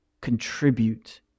contribute